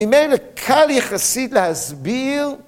עם אלה קל יחסית להסביר